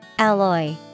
Alloy